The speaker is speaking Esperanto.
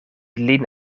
lin